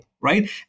right